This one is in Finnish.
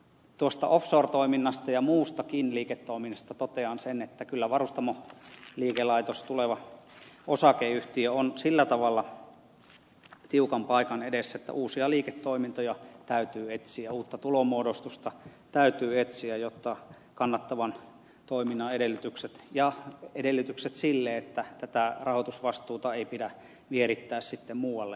tuosta offshore toiminnasta ja muustakin liiketoiminnasta totean sen että kyllä varustamoliikelaitos tuleva osakeyhtiö on sillä tavalla tiukan paikan edessä että uusia liiketoimintoja täytyy etsiä uutta tulonmuodostusta täytyy etsiä jotta kannattavan toiminnan edellytykset ja edellytykset sille että tätä rahoitusvastuuta ei pidä vierittää sitten muualle säilyvät